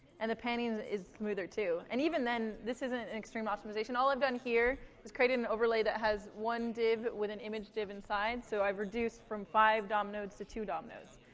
and the panning is smoother too. and even then, this isn't an extreme optimization. all i've done here is create an an overlay that has one div with an image div inside, so i've reduced from five dom nodes to two dom nodes.